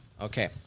Okay